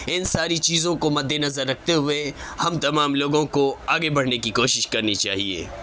ان ساری چیزوں کو مدنظر رکھتے ہوئے ہم تمام لوگوں کو آگے بڑھنے کی کوشش کرنی چاہیے